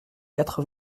quatre